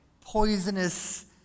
poisonous